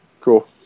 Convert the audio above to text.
cool